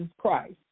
Christ